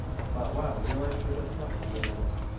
and i thought wow real life sure does suck compared to this